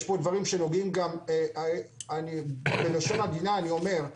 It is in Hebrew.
יש פה דברים שנוגעים גם, בלשון עדינה אני אומר,